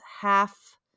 half